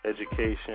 education